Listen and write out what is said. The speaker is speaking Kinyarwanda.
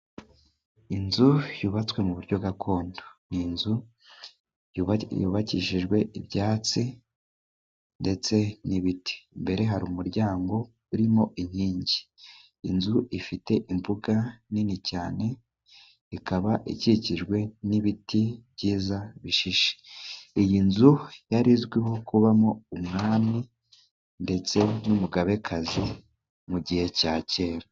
Inzu yubatswe mu buryo gakondo, ni inzu yubakishijwe ibyatsi ndetse n'ibiti imbere hari umuryango urimo inkingi, inzu ifite imbuga nini cyane ikaba ikikijwe n'ibiti byiza bishishe, iyi nzu yari izwiho kubamo umwami ndetse n'umugabekazi mu gihe cya kera.